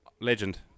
Legend